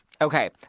okay